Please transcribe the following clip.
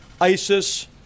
ISIS